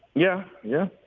yeah. yeah,